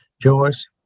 Joyce